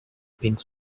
pink